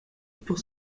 pour